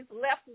left